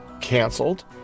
canceled